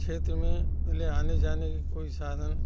क्षेत्र में पेहले आने जाने के कोई साधन